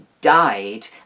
died